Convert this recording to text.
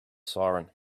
siren